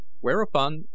whereupon